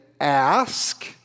ask